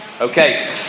Okay